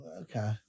Okay